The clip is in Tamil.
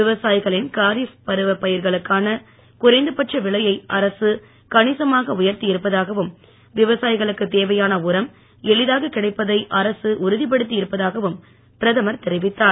விவசாயிகளின் காரிஃப் பருவப் பயிர்களுக்கான குறைந்தபட்ச விலையை அரசு கணிசமாக உயர்த்தி இருப்பதாகவும் விவசாயிகளுக்குத் தேவையான உரம் எளிதாகக் கிடைப்பதை அரசு உறுதிப்படுத்தி இருப்பதாகவும் பிரதமர் தெரிவித்தார்